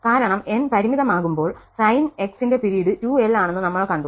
കാരണം n പരിമിതമാകുമ്പോൾ Sn ന്റെ പിരീഡ് 2l ആണെന്ന് നമ്മൾ കണ്ടു